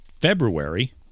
February